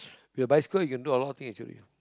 the bicycle you can do a lot of thing actually